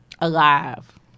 alive